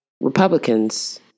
Republicans